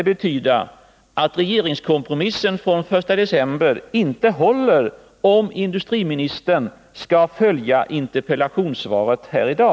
Om industriministern följer interpellationssvaret här i dag betyder det i varje fall att regeringskompromissen från den 1 december inte håller.